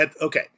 okay